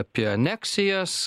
apie aneksijas